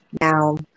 Now